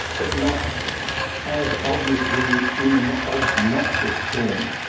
but not as obviously in an obnoxious form,